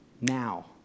now